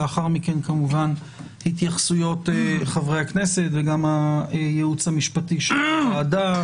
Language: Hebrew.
לאחר מכן התייחסויות חברי הכנסת וגם הייעוץ המשפטי של הוועדה.